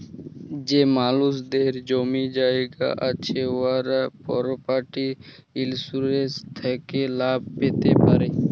যে মালুসদের জমি জায়গা আছে উয়ারা পরপার্টি ইলসুরেলস থ্যাকে লাভ প্যাতে পারে